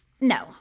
No